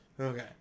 Okay